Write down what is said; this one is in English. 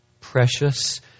precious